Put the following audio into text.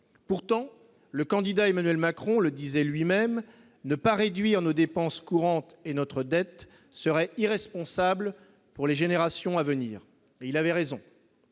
pourtant le candidat Emmanuel Macron le disait lui-même : ne pas réduire nos dépenses courantes et notre dette serait irresponsable pour les générations à venir et il avait raison,